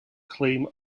claim